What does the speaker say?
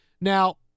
Now